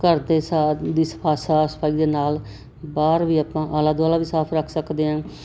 ਘਰ ਅਤੇ ਸਾਜ ਦੀ ਸਫਾ ਸਾਫ ਸਫਾਈ ਦੇ ਨਾਲ ਬਾਹਰ ਵੀ ਆਪਾਂ ਆਲਾ ਦੁਆਲਾ ਵੀ ਸਾਫ ਰੱਖ ਸਕਦੇ ਹਾਂ